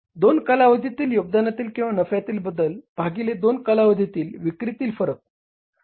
दोन कालावधीतील योगदानातील किंवा नफ्यातील बदल भागिले दोन कालावधीतील विक्रीतील फरक